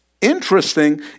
interesting